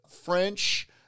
French